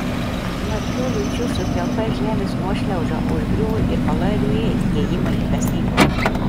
smarkių liūčių sukelta žemės nuošliauža užgriuvo ir palaidojo įėjimą į kasyklą